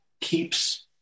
keeps